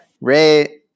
Ray